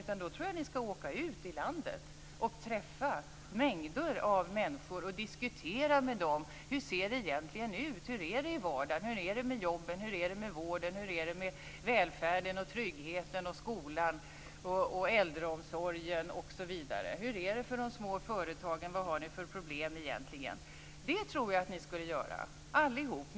Då tror jag att ni skall åka ut i landet och träffa mängder av människor och diskutera med dem hur det egentligen ser ut, hur det är i vardagen. Hur är det med jobben? Hur är det med vården? Hur är det med välfärden, tryggheten, skolan, äldreomsorgen osv.? Hur är det för de små företagen, vad har ni för problem egentligen? Det tror jag att ni skulle göra allihop.